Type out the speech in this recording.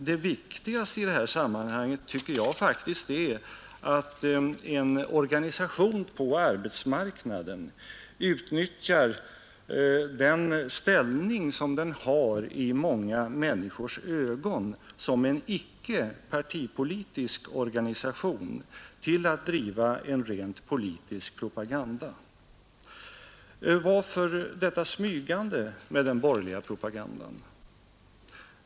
Det viktiga i sammanhanget är faktiskt att en organisation på arbetsmarknaden utnyttjar den ställning som den har i manga människors ögon som en icke partipolitisk organisation till att driva en rent politisk propaganda. Varför detta smygande med den borgerliga propagandan?